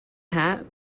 hat